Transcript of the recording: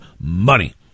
money